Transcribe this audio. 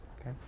Okay